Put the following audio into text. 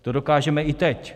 To dokážeme i teď.